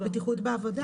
בטיחות בעבודה.